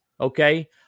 okay